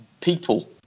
people